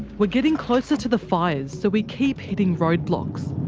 we're getting closer to the fires, so we keep hitting roadblocks.